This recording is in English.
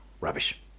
rubbish